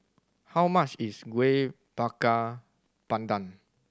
how much is Kueh Bakar Pandan